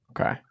Okay